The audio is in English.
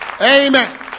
Amen